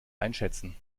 einschätzen